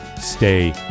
Stay